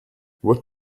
what